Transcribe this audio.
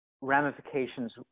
ramifications